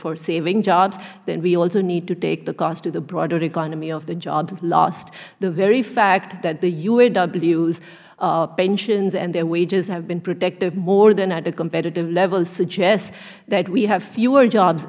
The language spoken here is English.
for saving jobs then we also need to take the cost of the broader economy of the jobs lost the very fact that the uaw's pensions and their wages have been protected more than at a competitive level suggests that we have fewer jobs